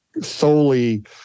solely